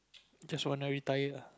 just want to retire ah